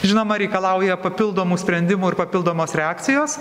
žinoma reikalauja papildomų sprendimų ir papildomos reakcijos